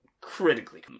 critically